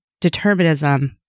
determinism